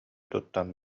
туттан